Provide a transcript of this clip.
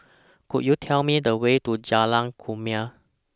Could YOU Tell Me The Way to Jalan Kumia